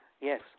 Yes